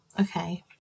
Okay